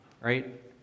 right